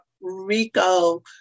Rico